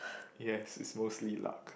yes it's mostly luck